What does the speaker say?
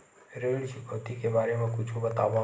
ऋण चुकौती के बारे मा कुछु बतावव?